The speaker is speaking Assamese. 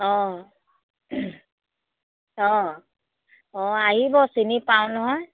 অঁ অঁ অঁ আহিব চিনি পাওঁ নহয়